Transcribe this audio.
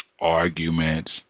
Arguments